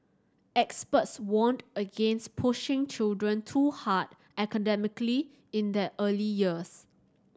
experts warned against pushing children too hard academically in their early years